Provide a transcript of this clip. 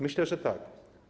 Myślę, że tak.